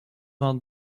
vingt